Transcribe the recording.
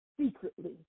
secretly